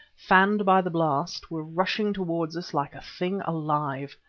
fanned by the blast were rushing towards us like a thing alive.